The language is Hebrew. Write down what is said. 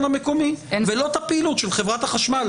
המקומי ולא את הפעילות של חברת החשמל.